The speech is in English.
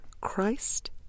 Christ